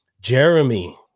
Jeremy